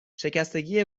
شکستگی